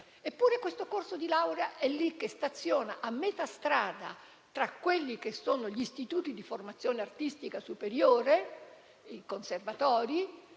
Eppure, questo corso di laurea è lì che staziona a metà strada, tra gli istituti di formazione artistica superiore e i conservatori.